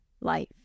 life